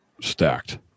stacked